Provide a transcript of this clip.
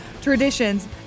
traditions